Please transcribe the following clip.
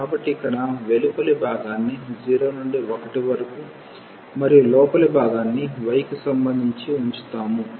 కాబట్టి ఇక్కడ వెలుపలి భాగాన్ని 0 నుండి 1 వరకు మరియు లోపలి భాగాన్ని y కి సంబంధించి ఉంచుతాము